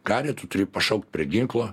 karį tu turi pašaukt prie ginklo